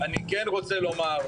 אני כן רוצה לומר,